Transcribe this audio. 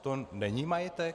To není majetek?